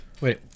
wait